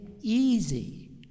easy